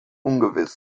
ungewiss